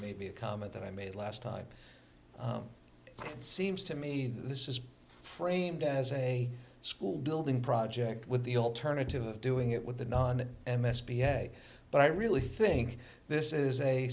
maybe a comment that i made last time it seems to me this is framed as a school building project with the alternative of doing it with the non m s b s a but i really think this is a